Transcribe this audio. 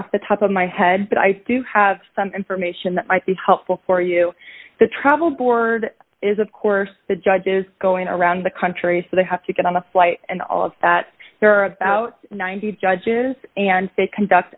off the top of my head but i do have some information that might be helpful for you the travel board is of course the judges going around the country so they have to get on the flight and all of that there are about ninety judges and they conduct